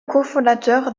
cofondateur